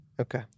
Okay